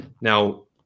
Now